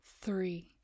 three